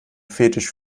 fetisch